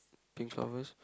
pink flowers